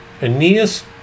Aeneas